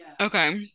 okay